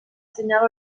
senyal